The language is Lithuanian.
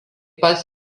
pats